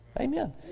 Amen